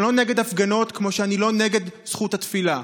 אני לא נגד הפגנות כמו שאני לא נגד זכות התפילה.